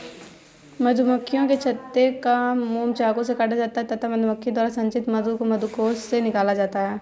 मधुमक्खियों के छत्ते का मोम चाकू से काटा जाता है तथा मधुमक्खी द्वारा संचित मधु को मधुकोश से निकाला जाता है